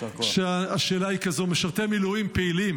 השאלה היא כזאת: משרתי מילואים פעילים